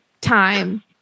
time